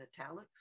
italics